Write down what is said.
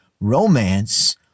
romance